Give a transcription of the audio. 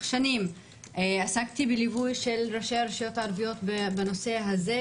שנים עסקתי בליווי ראשי רשויות הערביות בנושא הזה,